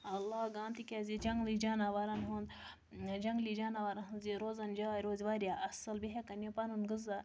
لاگان تِکیازِ یہِ جنٛگلی جاناوارَن ہُنٛد جنٛگلی جاناوارَن ہٕنٛز یہِ روزَن جاے روزِ واریاہ اصٕل بیٚیہِ ہٮ۪کن یہِ پَنُن غذا